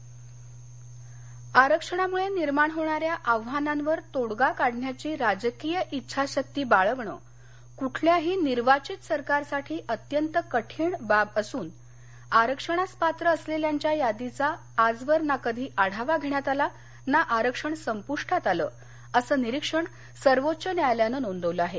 आरक्षण कोर्ट आरक्षणामुळे निर्माण होणाऱ्या आव्हानांवर तोडगा काढण्याची राजकीय इच्छाशक्ती बाळगणं कुठल्याही निर्वाचित सरकारसाठी अत्यंत कठीण बाब असून आरक्षणास पात्र असलेल्यांच्या यादीचा आजवर ना कधी आढावा घेण्यात आला ना आरक्षण संपूष्टात आलं असं निरीक्षण सर्वोच्च न्यायालयानं नोंदवलं आहे